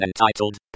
entitled